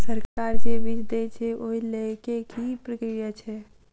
सरकार जे बीज देय छै ओ लय केँ की प्रक्रिया छै?